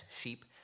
sheep